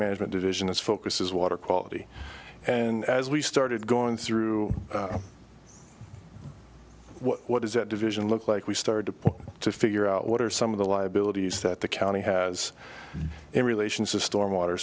management division its focus is water quality and as we started going through what does that division look like we started to point to figure out what are some of the liabilities that the county has in relation to storm water